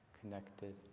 connected